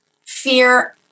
fear